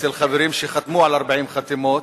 אצל חברים שחתמו, על 40 חתימות,